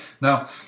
now